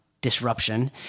disruption